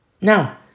Now